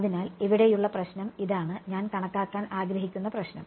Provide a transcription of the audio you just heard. അതിനാൽ ഇവിടെയുള്ള പ്രശ്നം ഇതാണ് ഞാൻ കണക്കാക്കാൻ ആഗ്രഹിക്കുന്ന പ്രശ്നം